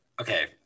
Okay